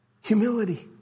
Humility